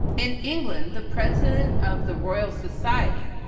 in england, the president of the royal society,